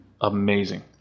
amazing